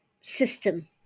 system